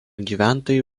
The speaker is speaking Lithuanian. gyventojai